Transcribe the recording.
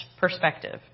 perspective